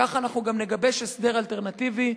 כך אנחנו גם נגבש הסדר אלטרנטיבי.